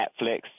Netflix